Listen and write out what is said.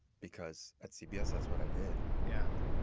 because at cbs, that's what i did. yeah.